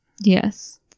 Yes